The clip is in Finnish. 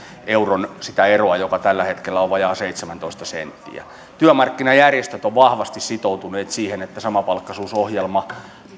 euron eroa joka tällä hetkellä on vajaa seitsemäntoista senttiä työmarkkinajärjestöt ovat vahvasti sitoutuneet siihen että samapalkkaisuusohjelma